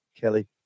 Kelly